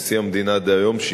נשיא המדינה דהיום,